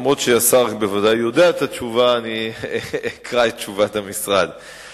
השבוע פורסם תחקיר על התנהלותה של עמותת